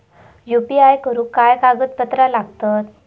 UPI करुक काय कागदपत्रा लागतत?